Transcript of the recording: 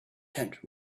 tent